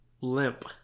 limp